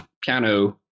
piano